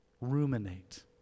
Ruminate